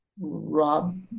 Rob